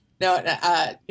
No